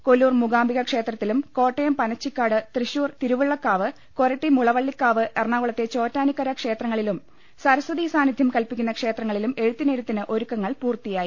കൊല്ലൂർ മൂകാംബിക ക്ഷേത്രത്തിലും കോട്ടയം പനച്ചിക്കാട് തൃശൂർ തിരുവുള്ളക്കാവ് കൊരട്ടി മുളവള്ളിക്കാവ് എറണാകുളത്തെ ചോറ്റാനിക്കര ക്ഷേത്രങ്ങളിലും സരസ്വതീ സാന്നിധ്യം കല്പ്പിക്കുന്ന ക്ഷേത്രങ്ങളിലും എഴുത്തിനിരുത്തിന് ഒരുക്കങ്ങൾ പൂർത്തിയാ യി